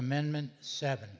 amendment seven